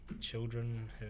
children